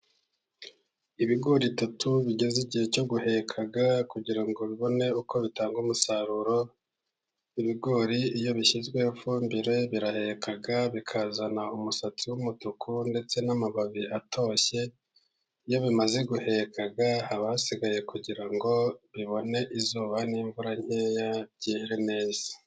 Ibigori bitatu bigeze igihe cyo guheka kugira ngo bibone uko bitanga umusaruro, ibigori iyo bishyizweho ifumbire biraheka bikazana umusatsi w'umutuku ndetse n'amababi atoshye, iyo bimaze guheka haba hasigaye kugira ngo bibone izuba n'imvura nkeya byere neza.